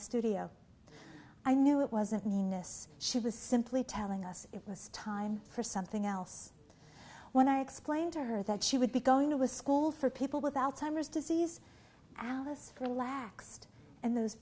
studio i knew it wasn't meanness she was simply telling us it was time for something else when i explained to her that she would be going to a school for people with alzheimer's disease alice relaxed and those